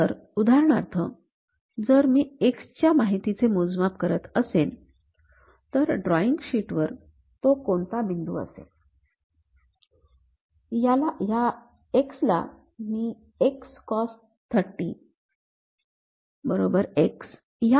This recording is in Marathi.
तर उदाहरणार्थ जर मी x च्या माहितीचे मोजमाप करत असेन तर ड्रॉईंग शीट वर तो कोणता बिंदू असेल या x ला मी A कॉस ३० x या पद्धतीने लिहू शकतो